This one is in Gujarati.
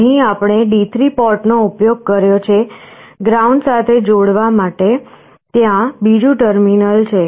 અહીં આપણે D3 પોર્ટનો ઉપયોગ કર્યો છે ગ્રાઉન્ડ સાથે જોડાવા માટે ત્યાં બીજું ટર્મિનલ છે